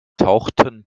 tauchten